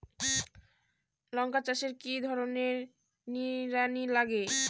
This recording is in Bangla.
লঙ্কা চাষে কি ধরনের নিড়ানি লাগে?